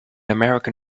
american